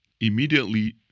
immediately